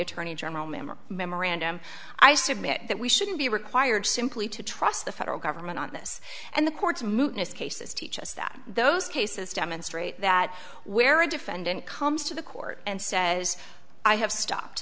attorney general memory memorandum i submit that we shouldn't be required simply to trust the federal government on this and the courts mutinous cases teach us that those cases demonstrate that where a defendant comes to the court and says i have stopped